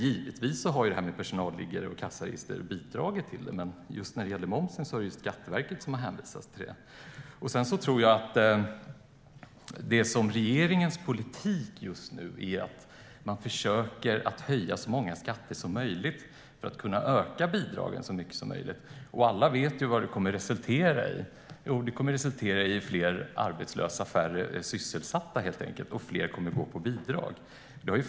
Givetvis har personalliggare och kassaregister också bidragit, men Skatteverket hänvisar till momssänkningen. Regeringens politik verkar vara att försöka höja så många skatter som möjligt för att öka bidragen så mycket som möjligt. Vi vet alla att det kommer att resultera i fler arbetslösa och färre sysselsatta. Fler kommer att gå på bidrag.